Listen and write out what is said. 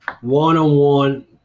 one-on-one